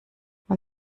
man